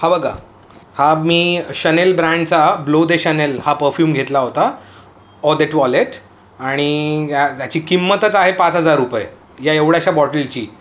हा बघा हा मी शनेल ब्रँडचा ब्लोदे शनेल हा परफ्यूम घेतला होता ऑदेट वॉलेट आणि याची किंमतच आहे पाच हजार रुपये या एवढ्याशा बॉटलची